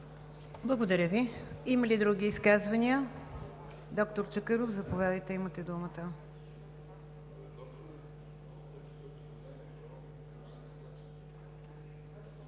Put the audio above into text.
Благодаря Ви. Има ли други изказвания? Доктор Чакъров, заповядайте – имате думата.